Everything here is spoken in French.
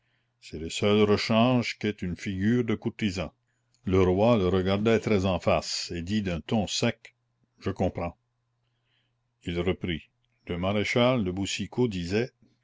c'est le seul rechange qu'ait une figure de courtisan le roi le regarda très en face et dit d'un ton sec je comprends il reprit maître olivier le maréchal de boucicaut disait